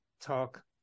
talk